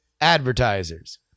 advertisers